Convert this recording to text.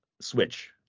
switch